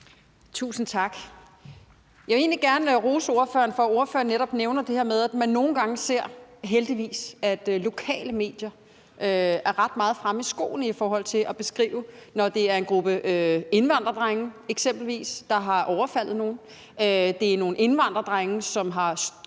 Tusind tak. Jeg vil egentlig gerne rose ordføreren for, at ordføreren netop nævner det her med, at man nogle gange ser, heldigvis, at lokale medier er ret meget fremme i skoene i forhold til at beskrive, når det eksempelvis er en gruppe indvandrerdrenge, der har overfaldet nogen, at det er nogle indvandrerdrenge, som har